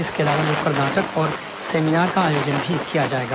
इसके अलावा नुक्कड़ नाटक और सेमीनार का आयोजन भी किया जाएगा